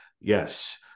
yes